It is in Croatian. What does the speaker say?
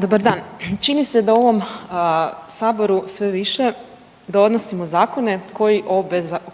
Dobar dan. Čini se da u ovom Saboru sve više donosimo zakone